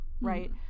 right